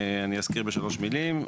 אני אזכיר בשלוש מילים.